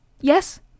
yes